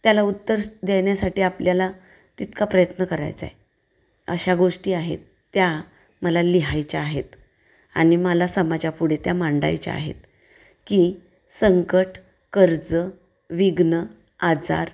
त्याला उत्तर देण्यासाठी आपल्याला तितका प्रयत्न करायचा आहे अशा गोष्टी आहेत त्या मला लिहायच्या आहेत आणि मला समाजापुढे त्या मांडायच्या आहेत की संकट कर्ज विघ्न आजार